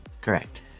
Correct